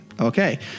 okay